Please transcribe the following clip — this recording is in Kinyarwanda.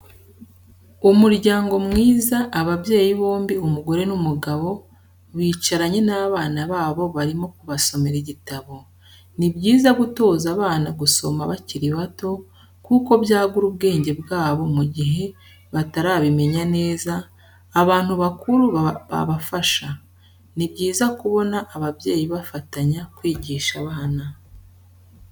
Umuryango mwiza, ababyeyi bombi umugore n'umugabo, bicaranye n'abana babo barimo kubasomera igitabo, ni byiza gutoza abana gusoma bakiri bato kuko byagura ubwenge bwabo mu gihe batarabimenya neza abantu bakuru babafasha, ni byiza kubona ababyeyi bafatanya kwigisha abana.